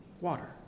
water